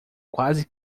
quase